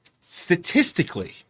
statistically